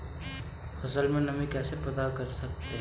फसल में नमी कैसे पता करते हैं?